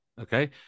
Okay